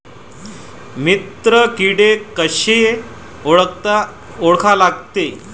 मित्र किडे कशे ओळखा लागते?